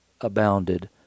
abounded